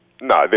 No